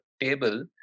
table